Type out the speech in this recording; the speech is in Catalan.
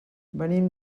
venim